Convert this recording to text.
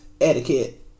etiquette